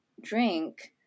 drink